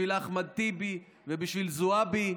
בשביל אחמד טיבי ובשביל זועבי,